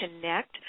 connect